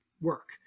work